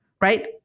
Right